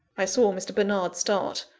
i saw mr. bernard start,